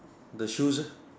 the shoes eh